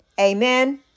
Amen